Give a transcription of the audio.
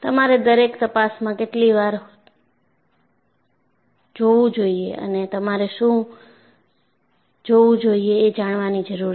તમારે દરેક તપાસમાં કેટલી વાર જોવું જોઈએ અને તમારે શું જોવું જોઈએ એ જાણવાની જરૂર છે